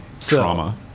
Trauma